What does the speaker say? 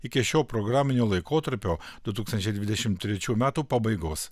iki šio programinio laikotarpio du tūkstančiai dvidešim trečių metų pabaigos